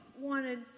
wanted